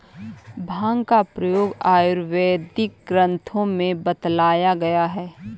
भाँग का प्रयोग आयुर्वेदिक ग्रन्थों में बतलाया गया है